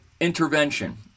intervention